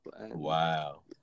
Wow